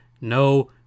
no